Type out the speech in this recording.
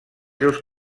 seus